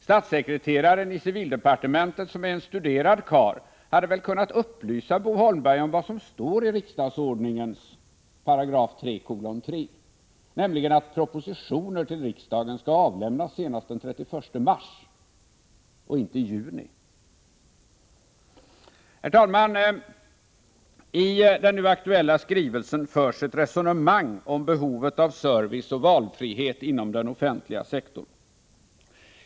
Statssekreteraren i civildepartementet, som är en studerad karl, kunde väl ha upplyst Bo Holmberg om vad som står i 3:3§ riksdagsordningen, nämligen att propositioner till riksdagen skall avlämnas senast den 31 mars — och inte i juni. Herr talman! I den nu aktuella skrivelsen förs ett resonemang om behovet av service och valfrihet inom den offentliga sektorn.